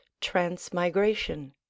transmigration